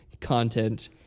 content